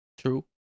True